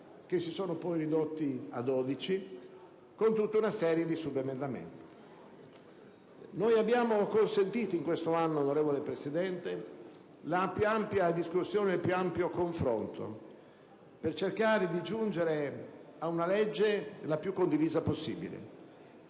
che si sono poi ridotti a 12, con tutta una serie di subemendamenti. Noi abbiamo consentito in questo anno, onorevole Presidente, la più ampia discussione e il più ampio confronto per cercare di giungere a una legge la più condivisa possibile.